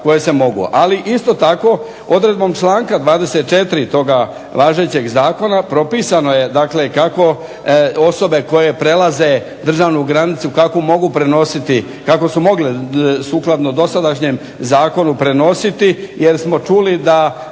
kako mogu prenositi, kako su mogle sukladno dosadašnjem zakonu prenositi. Jer smo čuli da,